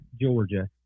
Georgia